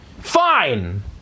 Fine